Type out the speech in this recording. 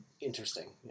interesting